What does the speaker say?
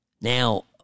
Now